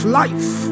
life